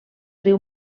riu